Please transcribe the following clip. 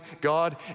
God